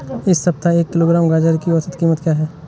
इस सप्ताह एक किलोग्राम गाजर की औसत कीमत क्या है?